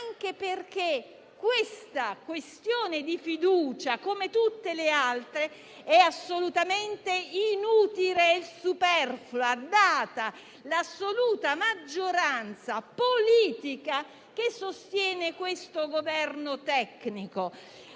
anche perché l'odierna questione di fiducia, come tutte le altre, è assolutamente inutile e superflua, data l'assoluta maggioranza politica che sostiene il Governo tecnico.